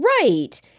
Right